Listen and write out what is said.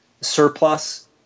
Surplus